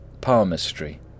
Palmistry